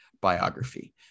biography